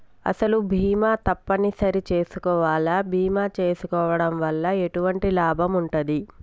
అసలు బీమా తప్పని సరి చేసుకోవాలా? బీమా చేసుకోవడం వల్ల ఎటువంటి లాభం ఉంటది?